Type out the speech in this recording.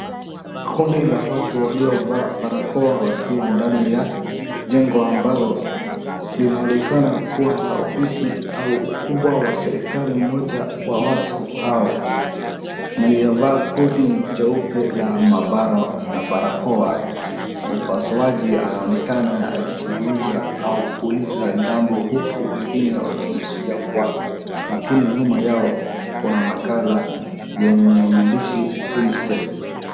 Kundi la watu walio vaa barakoa wakiwa ndani ya njengo ambalo linaoneka kuwa ofisi au ukubwa wa serekali mmoja wa watu hao. Aliye vaa koti jeupe la mavaro na barakoa wa upasuaji aonekana akiguza au kuuliza jambo huku wengine wamsikia kwa makini, nyuma yao kuna makala yenye maandishi Unicef.